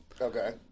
Okay